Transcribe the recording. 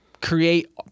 create